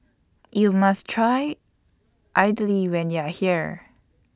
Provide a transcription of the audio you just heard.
YOU must Try Idly when YOU Are here